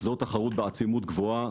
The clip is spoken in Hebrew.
בעצימות גבוהה,